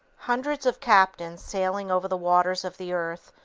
hundreds of captains, sailing over the waters of the earth,